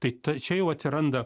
tai t čia jau atsiranda